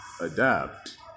adapt